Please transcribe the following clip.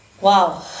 Wow